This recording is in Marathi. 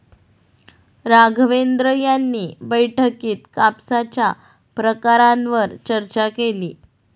राघवेंद्र यांनी बैठकीत कापसाच्या प्रकारांवर चर्चा केली